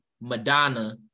Madonna